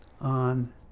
on